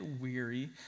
weary